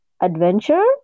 adventure